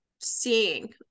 seeing